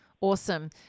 awesome